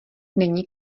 není